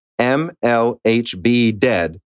mlhbdead